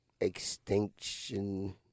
extinction